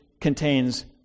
contains